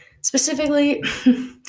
specifically